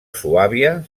suàbia